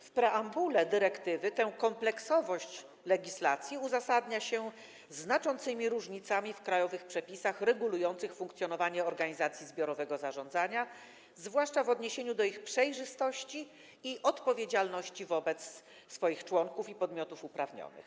W preambule dyrektywy tę kompleksowość legislacji uzasadnia się znaczącymi różnicami w krajowych przepisach regulujących funkcjonowanie organizacji zbiorowego zarządzania, zwłaszcza w odniesieniu do ich przejrzystości i odpowiedzialności wobec członków i podmiotów uprawnionych.